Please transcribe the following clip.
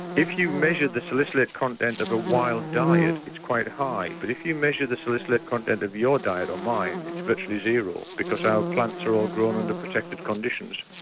if you measure the salicylate content of a wild diet it's quite high but if you measure the salicylate content of your diet or mine it's virtually zero because our plants are all grown under protected conditions.